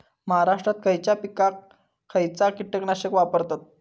महाराष्ट्रात खयच्या पिकाक खयचा कीटकनाशक वापरतत?